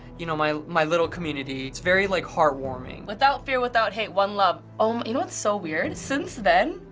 you know, my my little community. it's very like heartwarming. without fear, without hate, one love. oh you know what's so weird? since then,